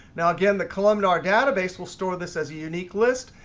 now again, the columnar database will store this as a unique list,